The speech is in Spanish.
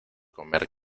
comer